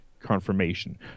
Confirmation